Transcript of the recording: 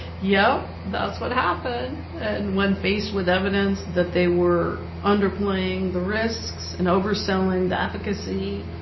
yep, that's what happened. and when faced with evidence that they were underplaying the risks and overselling the efficacy,